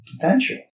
potential